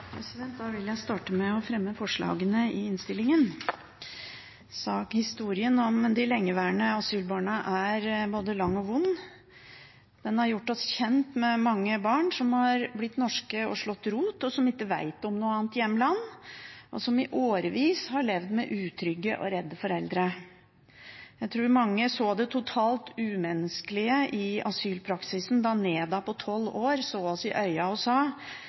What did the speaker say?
både lang og vond. Den har gjort oss kjent med mange barn som har blitt norske og slått rot, som ikke vet om noe annet hjemland, og som i årevis har levd med utrygge og redde foreldre. Jeg tror mange så det totalt umenneskelige i asylpraksisen da Neda på 12 år så oss i øynene og sa: